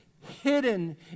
hidden